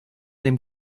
dem